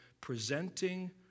presenting